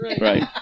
Right